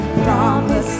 promise